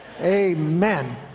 Amen